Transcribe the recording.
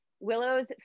Willow's